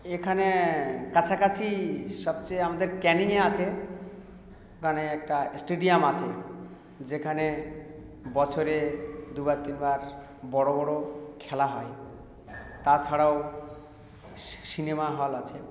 এখানে কাছাকাছি সবচেয়ে আমাদের ক্যানিংয়ে আছে ওখানে একটা স্টেডিয়াম আছে যেখানে বছরে দুবার তিনবার বড়ো বড়ো খেলা হয় তাছাড়াও সিনেমা হল আছে